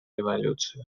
революцию